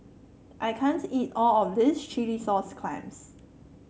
I can't eat all of this Chilli Sauce Clams